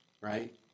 Right